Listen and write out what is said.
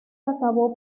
acabó